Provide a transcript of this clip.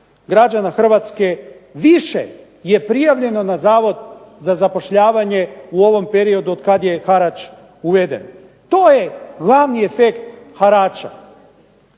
građana Hrvatske više je prijavljeno na Zavod za zapošljavanje u ovom periodu od kada je harač uveden. To je glavni efekt harača.